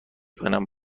کنم